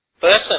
person